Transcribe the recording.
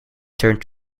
turned